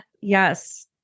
Yes